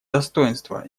достоинство